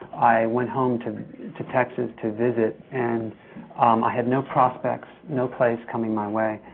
i went home to to texas to visit. and i had no prospects, no plays coming my way,